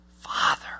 father